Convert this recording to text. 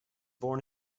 born